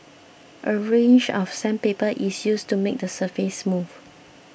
a range of sandpaper is used to make the surface smooth